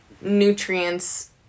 nutrients